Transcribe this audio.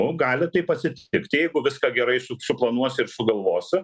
nu gali taip atsitikt jeigu viską gerai suplanuosi ir sugalvosi